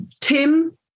Tim